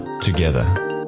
together